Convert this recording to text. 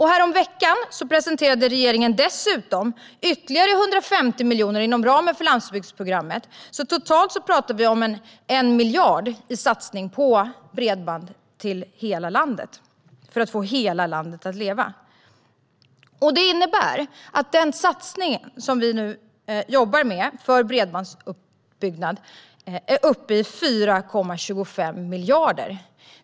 Häromveckan presenterade regeringen dessutom ytterligare 150 miljoner inom ramen för landsbygdsprogrammet. Totalt pratar vi om 1 miljard i satsning på bredband till hela landet för att få hela landet att leva. Detta innebär att den satsning som vi nu jobbar för i fråga om bredbandsutbyggnad är uppe i 4,25 miljarder.